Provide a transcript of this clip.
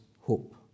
hope